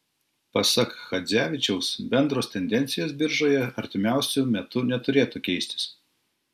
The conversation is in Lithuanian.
pasak chadzevičiaus bendros tendencijos biržoje artimiausiu metu neturėtų keistis